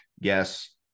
yes